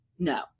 No